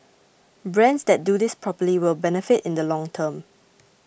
brands that do this properly will benefit in the long term